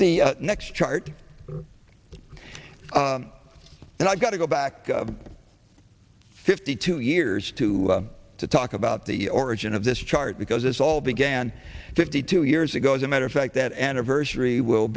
the next chart and i've got to go back fifty two years to to talk about the origin of this chart because this all began fifty two years ago as a matter of fact that anniversary will